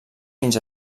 fins